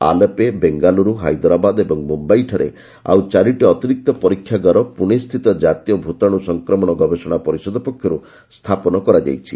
ଆଲେପେ ବେଙ୍ଗାଲୁରୁ ହାଇଦରାବାଦ ଓ ମୁମ୍ଭାଇଠାରେ ଆଉ ଚାରଟି ଅତିରିକ୍ତ ପରୀକ୍ଷାଗାର ପୁଣେସ୍ଥିତ ଜାତୀୟ ଭୂତାଣୁ ସଂକ୍ରମଣ ଗବେଷଣା ପରିଷଦ ପକ୍ଷରୁ ସ୍ଥାପନ କରାଯାଇଛି